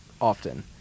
often